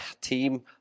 team